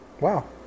Wow